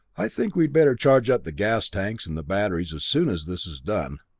i think we'd better charge up the gas tanks and the batteries as soon as this is done.